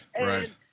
right